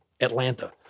Atlanta